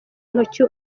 ntoki